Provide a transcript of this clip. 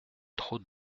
trop